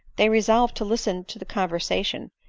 they resolved to listen to the conversation,